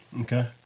okay